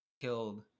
killed